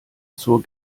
zur